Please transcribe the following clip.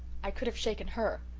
i could have shaken her.